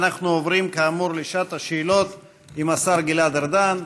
אנחנו עוברים כאמור לשעת השאלות עם השר גלעד ארדן.